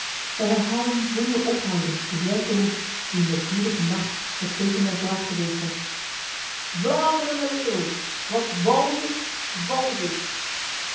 zij herhaalden zonder ophouden dezelfde roep die in de bloedige nacht het teken der wraak geweest was vlaanderen de leeuw wat wals is vals is